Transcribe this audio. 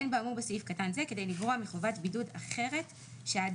אין באמור בסעיף קטן זה כדי לגרוע מחובת בידוד אחרת שהאדם